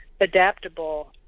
adaptable